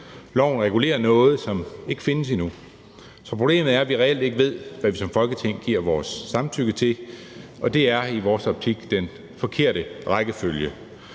Loven regulerer noget, som ikke findes endnu, så problemet er, at vi reelt ikke ved, hvad vi som Folketing giver vores samtykke til, og det er i vores optik den forkerte rækkefølge.